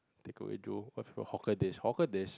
takeaway of your hawker dish hawker dish